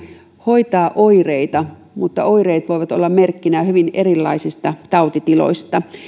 hoitaa oireita mutta oireet voivat olla merkkinä hyvin erilaisista tautitiloista